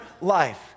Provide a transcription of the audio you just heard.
life